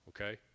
Okay